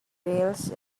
trails